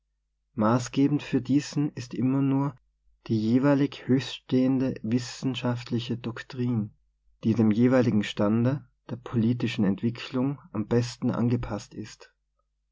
gebend für diesen ist immer nur die jeweilig höchststehende wissenschaftliche doktrin die dem jeweiligen stande der politischen entwicklung am besten angepaßt ist